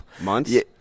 Months